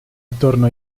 attorno